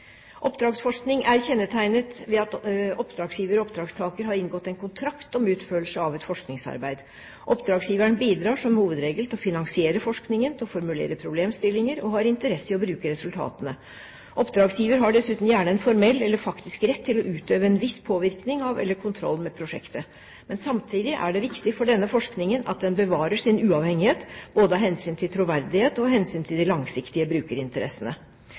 Oppdragsforskning er kjennetegnet ved at oppdragsgiver og oppdragstaker har inngått en kontrakt om utførelse av et forskningsarbeid. Oppdragsgiveren bidrar som hovedregel til å finansiere forskningen og formulere problemstillinger og har interesse i å bruke resultatene. Oppdragsgiver har dessuten gjerne en formell eller faktisk rett til å utøve en viss påvirkning av eller kontroll med prosjektet. Samtidig er det viktig for denne forskningen at den bevarer sin uavhengighet, både av hensyn til troverdighet og av hensyn til de langsiktige brukerinteressene.